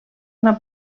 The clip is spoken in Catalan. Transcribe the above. una